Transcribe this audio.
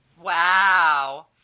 Wow